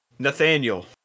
Nathaniel